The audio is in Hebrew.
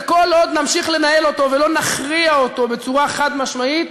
וכל עוד נמשיך לנהל אותו ולא נכריע אותו בצורה חד-משמעית,